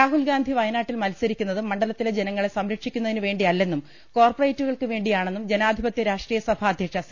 രാഹുൽഗാന്ധി വയനാട്ടിൽ മത്സരിക്കുന്നത് മണ്ഡലത്തിലെ ജനങ്ങളെ സംരക്ഷിക്കുന്നതിനുവേണ്ടിയല്ലെന്നും കോർപ്പറേറ്റുകൾക്ക് വേണ്ടിയാ ണെന്നും ജനാധിപത്യ രാഷ്ട്രീയസഭ അധ്യക്ഷ സി